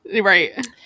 Right